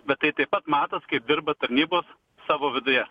bet tai taip pat matos kaip dirba tarnybos savo viduje